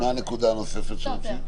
אוקיי, מה הנקודה הנוספת שרצית?